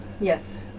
Yes